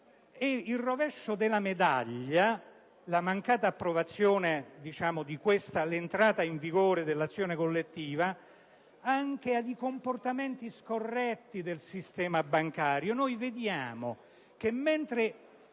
Il rovescio della medaglia, la mancata approvazione dell'entrata in vigore dell'azione collettiva, amplia comportamenti scorretti del sistema bancario: